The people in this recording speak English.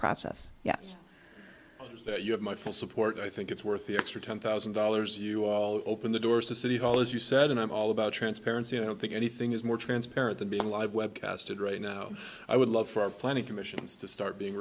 process yes you have my full support i think it's worth the extra ten thousand dollars you all open the doors to city hall as you said and i'm all about transparency i don't think anything is more transparent than being live webcast and right now i would love for plenty of commissions to start being